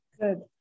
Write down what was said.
Good